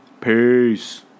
Peace